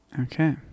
okay